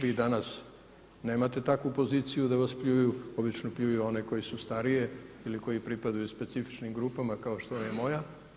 Vi danas nemate takvu poziciju da vas pljuju, obično pljuju one koje su starije ili koji pripadaju specifičnim grupama kao što vam je moja.